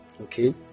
okay